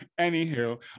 Anywho